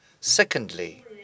Secondly